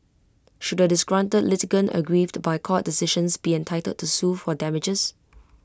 should A disgruntled litigant aggrieved by court decisions be entitled to sue for damages